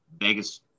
Vegas